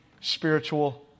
spiritual